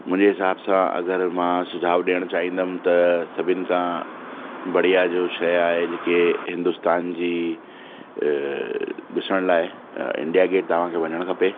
मुंहिंजे हिसाब सां अगरि मां सुझाव ॾियणु चाहींदुमि त सभिनि खां बढ़िया जो शइ आहे जेके हिंदुस्तान जी ॾिसण लाइ इंडिया गेट तव्हांखे वञणु खपे